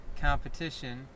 competition